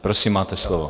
Prosím, máte slovo.